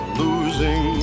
losing